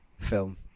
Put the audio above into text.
film